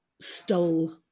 stole